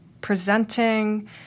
presenting